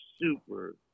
super